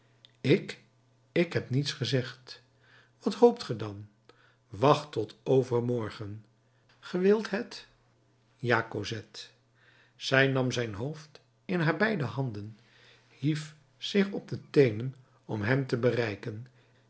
ik ik heb niets gezegd wat hoopt ge dan wacht tot overmorgen ge wilt het ja cosette zij nam zijn hoofd in haar beide handen hief zich op de teenen om hem te bereiken